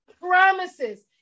promises